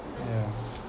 yeah